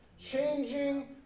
Changing